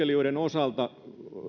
merkittävä myös opiskelijoiden osalta